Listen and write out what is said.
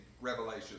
revelation